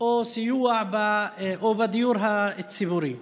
ואם בדיור הציבורי.